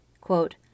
quote